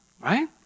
right